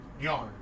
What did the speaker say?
Yarn